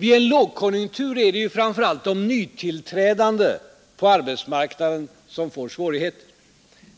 Vid en lågkonjunktur är det framför allt de nytillträdande på arbetsmarknaden som får svårigheter.